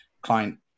client